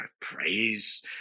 Praise